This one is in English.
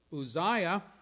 Uzziah